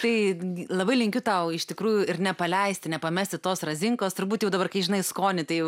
tai labai linkiu tau iš tikrųjų ir nepaleisti nepamesti tos razinkos turbūt jau dabar kai žinai skonį tai jau